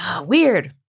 Weird